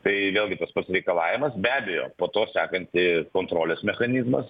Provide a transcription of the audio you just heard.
tai vėlgi tas pats reikalavimas be abejo po to sekantį kontrolės mechanizmas